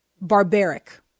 barbaric